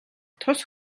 тус